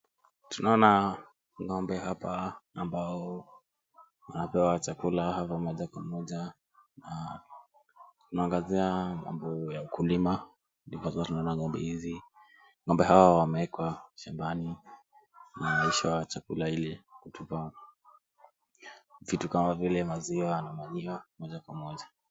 Tunaona ng'ombe hapa ambao wanapewa chakula moja kwa moja na tunaangazia mambo ya kulima ndiposa tunaona ng'ombe hizi. Ng'ombe hawa wamewekwa shambani na wanalishwa chakula ili kutupa vitu kama vile maziwa na manure moja kwa moja.